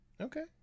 Okay